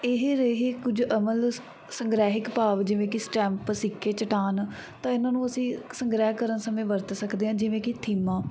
ਇਹ ਰਹੇ ਕੁਝ ਅਮਲ ਸ ਸੰਗ੍ਰਹਿਕ ਭਾਵ ਜਿਵੇਂ ਕਿ ਸਟੈਂਪ ਸਿੱਕੇ ਚਟਾਨ ਤਾਂ ਇਹਨਾਂ ਨੂੰ ਅਸੀਂ ਸੰਗ੍ਰਹਿ ਕਰਨ ਸਮੇਂ ਵਰਤ ਸਕਦੇ ਹਾਂ ਜਿਵੇਂ ਕਿ ਥੀਮਾ